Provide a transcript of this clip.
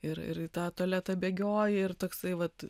ir ir į tą tualetą bėgioji ir toksai vat